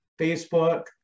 Facebook